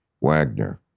Wagner